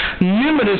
numerous